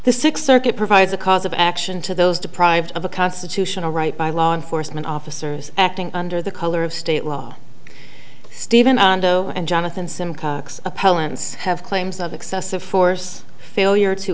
the sixth circuit provides a cause of action to those deprived of a constitutional right by law enforcement officers acting under the color of state law stephen and jonathan simcox appellants have claims of excessive force failure to